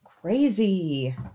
Crazy